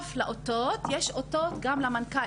בנוסף לאותות, יש גם אותות אישיים למנכ"ל.